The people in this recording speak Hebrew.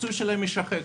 הפיצוי שלהם יישחק.